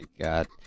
God